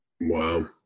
Wow